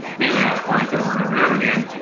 they would ask clients over and over and over again,